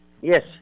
Yes